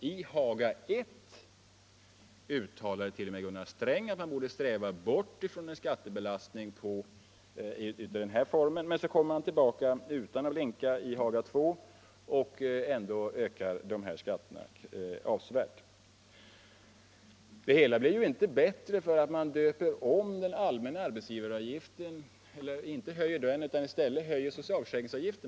I Haga I uttalade t.o.m. Gunnar Sträng att man borde sträva bort från en skattebelastning i den här formen. Men sedan kommer man, utan att blinka, tillbaka i Haga II och ökar de här skatterna avsevärt. Det hela blir inte bättre för att man döper om dem till socialförsäkringsavgifter i stället för allmänna arbetsgivaravgifter.